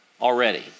already